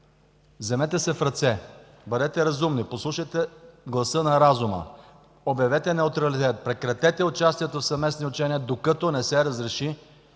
вземете се в ръце, бъдете разумни, послушайте гласа на разума! Обявете неутралитет! Прекратете участието в съвместни учения, докато не се разреши